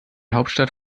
hauptstadt